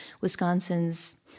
Wisconsin's